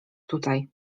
tutaj